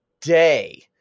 day